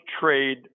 trade